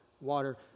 water